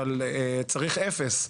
צריך אפס,